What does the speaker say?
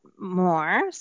more